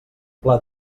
pla